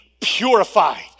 purified